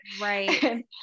right